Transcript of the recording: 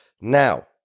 Now